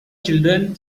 children